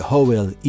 Howell